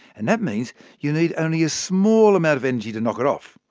and that means you need only a small amount of energy to knock it off.